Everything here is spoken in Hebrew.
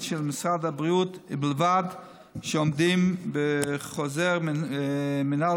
של משרד הבריאות ובלבד שהם עומדים בחוזר מינהל